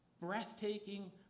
breathtaking